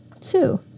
Two